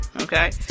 Okay